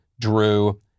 drew